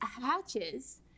hatches